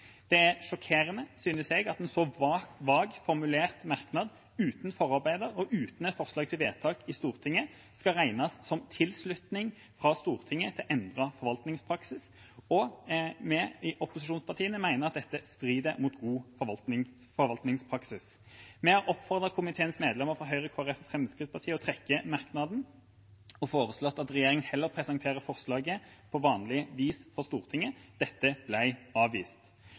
Det er sjokkerende, synes jeg, at en så vagt formulert merknad, uten forarbeider og uten forslag til vedtak i Stortinget, skal regnes som tilslutning fra Stortinget til å endre forvaltningspraksis, og vi i opposisjonspartiene mener at dette strider mot god forvaltningspraksis. Vi har oppfordret komiteens medlemmer fra Høyre, Kristelig Folkeparti og Fremskrittspartiet til å trekke merknaden og foreslått at regjeringa heller presenterer forslaget på vanlig vis for Stortinget. Dette ble avvist.